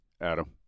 Adam